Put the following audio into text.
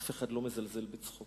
אף אחד לא מזלזל בצחוק.